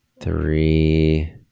Three